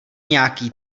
nějaký